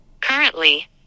Currently